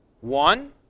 One